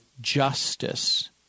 justice